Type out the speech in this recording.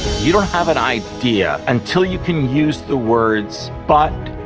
you don't have an idea until you can use the words but,